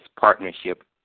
partnership